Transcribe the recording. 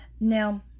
now